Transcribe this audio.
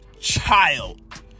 child